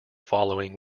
following